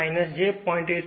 5 j 0